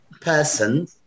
person